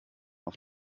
auf